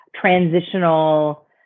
transitional